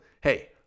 hey